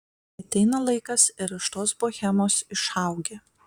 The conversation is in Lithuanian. ateina laikas ir iš tos bohemos išaugi